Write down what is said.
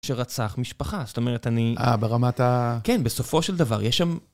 שרצח משפחה, זאת אומרת אני... אה, ברמת ה... כן, בסופו של דבר, יש שם...